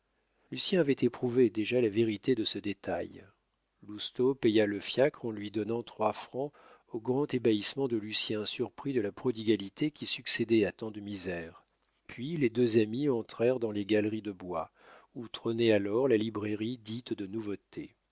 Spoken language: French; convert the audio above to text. lucien avait éprouvé déjà la vérité de ce détail lousteau paya le fiacre en lui donnant trois francs au grand ébahissement de lucien surpris de la prodigalité qui succédait à tant de misère puis les deux amis entrèrent dans les galeries de bois où trônait alors la librairie dite de nouveautés